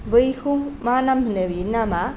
बैखौ मा नाम होनो बेनि नामा